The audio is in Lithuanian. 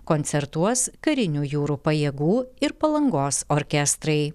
koncertuos karinių jūrų pajėgų ir palangos orkestrai